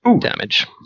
Damage